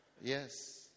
Yes